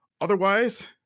otherwise